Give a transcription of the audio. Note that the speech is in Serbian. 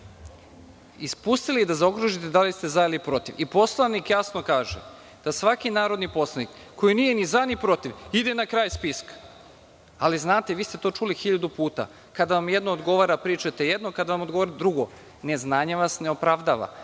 ispustili da zaokružite da li ste „za“ ili „protiv“. Poslovnik jasno kaže da svaki narodni poslanik koji nije ni „za“ ni „protiv“ ide na kraj spiska. Vi ste to čuli hiljadu puta. Kada vam jedno odgovara, pričate jedno, kada vam odgovara, drugo. Neznanje vas ne opravdava.